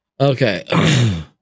Okay